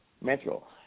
metro